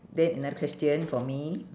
then another question for me